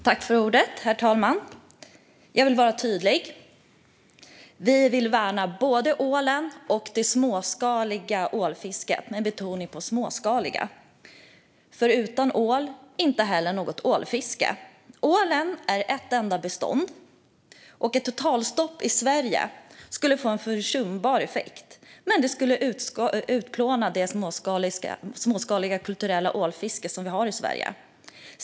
Herr talman! Jag vill vara tydlig. Vi vill värna både ålen och det småskaliga ålfisket - med betoning på småskaliga - för utan ål blir det inte heller något ålfiske. Ålen är ett enda bestånd, och ett totalstopp i Sverige skulle få en försumbar effekt. Men det skulle utplåna det småskaliga kulturella ålfiske som vi har i Sverige.